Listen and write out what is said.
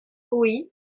oui